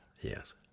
Yes